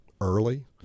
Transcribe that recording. early